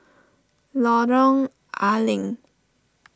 Lorong Ah Leng